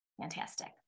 Fantastic